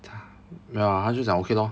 他没有啦他就讲 okay lor